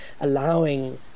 allowing